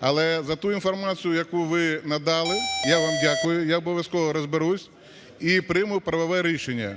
Але за ту інформацію, яку ви надали, я вам дякую, я обов'язково розберуся і прийму правове рішення,